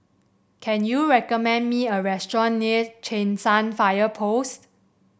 can you recommend me a restaurant near Cheng San Fire Post